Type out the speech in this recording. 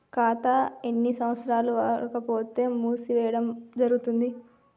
ఖాతా ఎన్ని సంవత్సరాలు వాడకపోతే మూసివేయడం జరుగుతుంది?